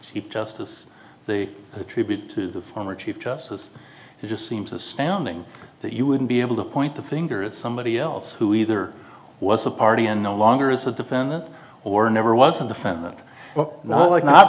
sheep justice they attribute to the former chief justice it just seems astounding that you wouldn't be able to point the finger at somebody else who either was a party and no longer is a defendant or never was a defendant but now like not